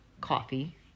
coffee